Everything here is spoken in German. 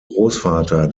großvater